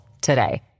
today